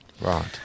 Right